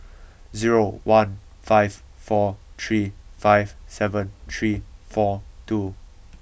zero one five four three five seven three four two